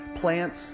plants